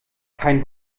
kein